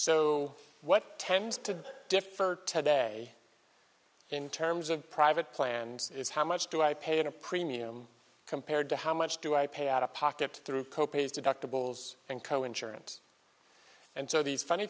so what tends to differ today in terms of private plans is how much do i pay a premium compared to how much do i pay out of pocket through co pays deductibles and co insurance and so these funny